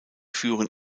führen